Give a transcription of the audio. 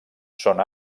són